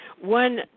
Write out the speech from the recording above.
One